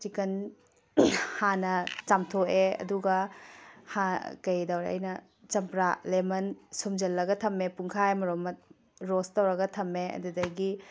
chicken ꯍꯥꯟꯅ ꯆꯥꯝꯊꯣꯛꯑꯦ ꯑꯗꯨꯒ ꯀꯩꯗꯧꯔꯦ ꯑꯩꯅ ꯆꯝꯄ꯭ꯔꯥ ꯂꯦꯃꯟ ꯁꯨꯝꯖꯤꯜꯂꯒ ꯊꯝꯂꯦ ꯄꯨꯡꯈꯥꯏ ꯑꯃꯔꯣꯝ ꯔꯣꯁ ꯇꯧꯔꯒ ꯊꯝꯂꯦ ꯑꯗꯨꯗꯒꯤ